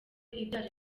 ibyara